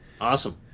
Awesome